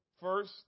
first